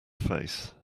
face